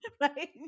Right